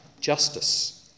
justice